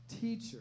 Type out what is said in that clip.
teacher